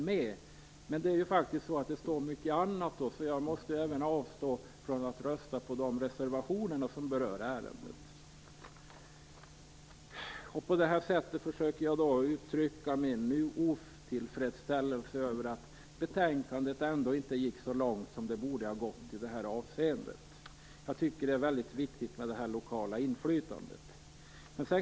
Men det står ju faktiskt också mycket annat, så jag måste även avstå från att rösta på de reservationer som berör ärendet. På det sättet försöker jag uttrycka min otillfredsställelse över att betänkandet ändå inte går så långt i det här avseendet som det borde ha gjort. Jag tycker att det är mycket viktigt med lokalt inflytande.